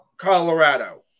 Colorado